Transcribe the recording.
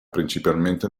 principalmente